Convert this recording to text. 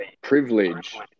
privilege